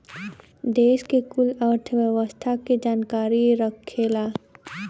देस के कुल अर्थव्यवस्था के जानकारी रखेला